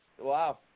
Wow